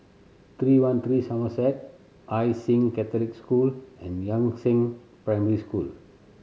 Three One Three Somerset Hai Sing Catholic School and Yangzheng Primary School